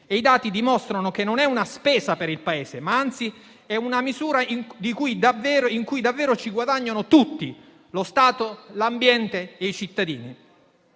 e i dati dimostrano che non è una spesa per il Paese, ma anzi è una misura in cui davvero ci guadagnano tutti: lo Stato, l'ambiente e i cittadini.